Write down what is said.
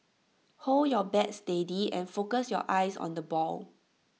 hold your bat steady and focus your eyes on the ball